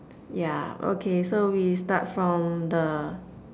ya okay so we start from the